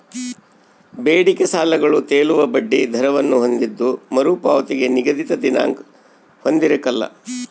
ಬೇಡಿಕೆ ಸಾಲಗಳು ತೇಲುವ ಬಡ್ಡಿ ದರವನ್ನು ಹೊಂದಿದ್ದು ಮರುಪಾವತಿಗೆ ನಿಗದಿತ ದಿನಾಂಕ ಹೊಂದಿರಕಲ್ಲ